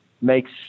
makes